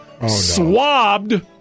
swabbed